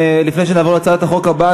לפני שנעבור להצעת החוק הבאה,